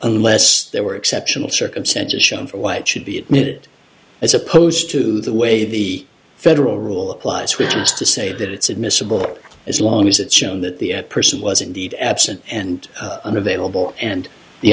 unless there were exceptional circumstances shown for why it should be admitted as opposed to the way the federal rule applies which is to say that it's admissible as long as it's shown that the person was indeed absent and unavailable and the